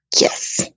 Yes